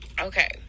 Okay